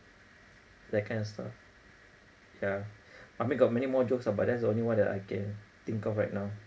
that kind of stuff yeah I mean got many more jokes ah but that's the only one I can think of right now